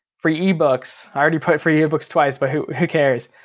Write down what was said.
free ebooks. i already put free ebooks twice, but who who cares?